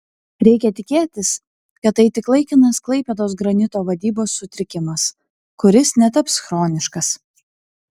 reikia tikėtis kad tai tik laikinas klaipėdos granito vadybos sutrikimas kuris netaps chroniškas